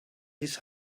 his